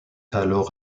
alors